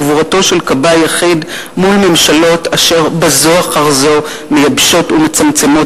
גבורתו של כבאי יחיד מול ממשלות אשר בזו אחר זו מייבשות ומצמצמות